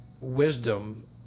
wisdom